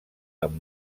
amb